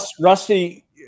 Rusty